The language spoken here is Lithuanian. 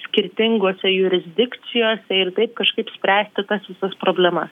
skirtingose jurisdikcijose ir taip kažkaip spręsti tas visas problemas